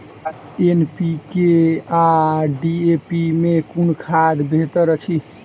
NPK आ DAP मे कुन खाद बेहतर अछि?